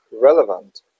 relevant